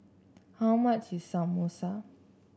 how much is Samosa